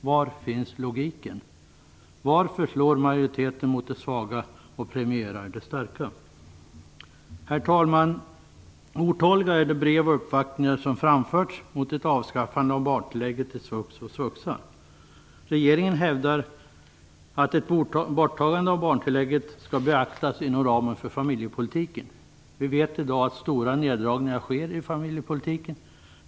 Var finns logiken? Varför slår majoriteten mot de svaga och premierar de starka? Herr talman! Otaliga är de brev och uppvaktningar som framfört synpunkter mot ett avskaffande av barntillägget i svux och svuxa. Regeringen hävdar att ett borttagande av barntillägget skall beaktas inom ramen för familjepolitiken. Vi vet i dag att stora neddragningar sker i familjepolitiken.